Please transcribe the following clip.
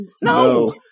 no